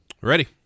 Ready